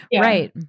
Right